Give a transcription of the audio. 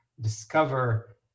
discover